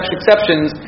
exceptions